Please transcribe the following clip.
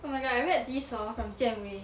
oh my god I read this hor from jian wei